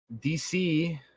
DC